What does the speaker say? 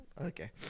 Okay